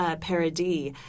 Paradis